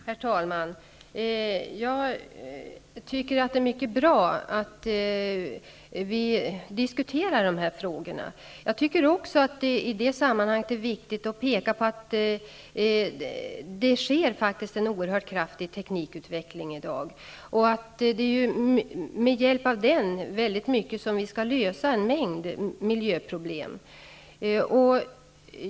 Herr talman! Jag tycker att det är mycket bra att vi diskuterar dessa frågor. Det är i detta sammanhang också viktigt att peka på att det i dag sker en oerhörd kraftig teknikutveckling. Det är i stor utsträckning med hjälp av den som vi skall lösa en mängd miljöproblem.